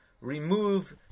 remove